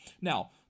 Now